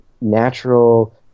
natural